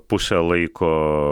pusę laiko